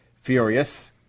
furious